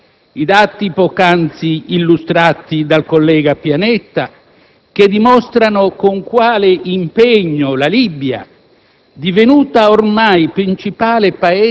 Ricordiamoci, inoltre, i dati poc'anzi illustrati dal collega Pianetta, che dimostrano con quale impegno la Libia,